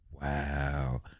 Wow